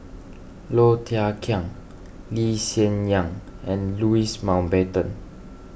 Low Thia Khiang Lee Hsien Yang and Louis Mountbatten